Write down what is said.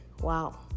Wow